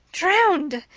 drowned.